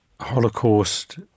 Holocaust